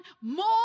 more